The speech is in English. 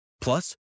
Plus